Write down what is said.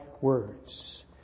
Words